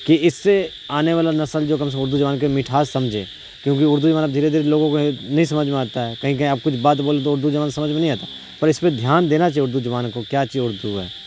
کہ اس سے آنے والا نسل جو کم سے کم اردو زبان کے مٹھاس سمجھے کیونکہ اردو زبان اب دھیرے دھیرے لوگوں کو نہیں سجھ میں آتا ہے کہیں کہیں آپ کچھ بات بولے تو اردو زبان سجھ میں نہیں آتا پر اس پہ دھیان دینا چاہیے اردو زبانوں کو کیا چیز اردو ہے